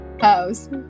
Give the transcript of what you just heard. house